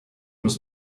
was